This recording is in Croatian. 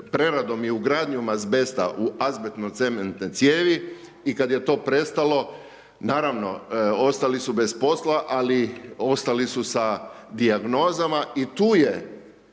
preradom i ugradnjom azbesta u azbestno cementne cijevi i kada je to prestalo, naravno, ostali su bez posla, ali ostali su sa dijagnozama i tu je